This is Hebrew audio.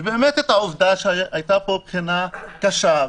ואת העובדה שהייתה פה בחינה קשה,